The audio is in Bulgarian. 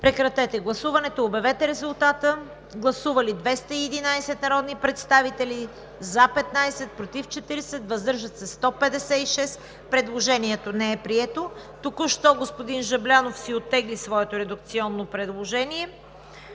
предложил господин Волен Сидеров. Гласували 211 народни представители: за 15, против 40, въздържали се 156. Предложението не е прието. Току-що господин Жаблянов оттегли своето редакционно предложение.